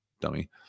dummy